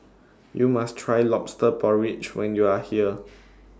YOU must Try Lobster Porridge when YOU Are here